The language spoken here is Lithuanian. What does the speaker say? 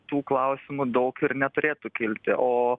tų klausimu daug ir neturėtų kilti o